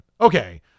okay